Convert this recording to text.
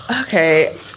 Okay